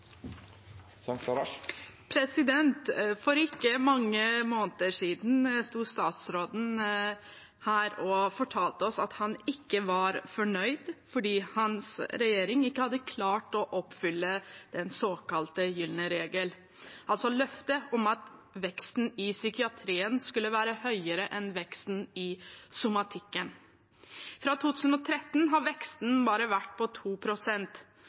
For ikke mange måneder siden sto statsråden her og fortalte oss at han ikke var fornøyd fordi hans regjering ikke hadde klart å oppfylle den såkalte gylne regel, altså løftet om at veksten i psykiatrien skulle være høyere enn veksten i somatikken. Fra 2013 har veksten vært på